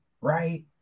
right